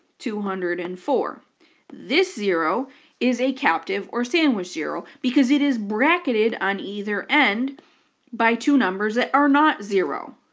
two hundred and four this zero is a captive, or sandwich, zero because it is bracketed on either end by two numbers that are not zero,